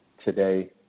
Today